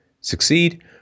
succeed